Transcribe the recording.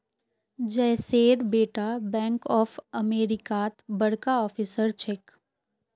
जयेशेर बेटा Bank of अमेरिकात बड़का ऑफिसर छेक